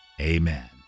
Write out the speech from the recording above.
Amen